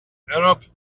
arab